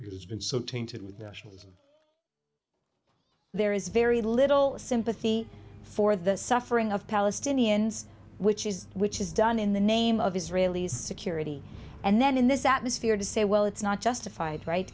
it's been so tainted with nationalism there is very little sympathy for the suffering of palestinians which is which is done in the name of israelis security and then in this atmosphere to say well it's not justified right